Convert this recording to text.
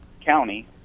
county